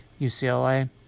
UCLA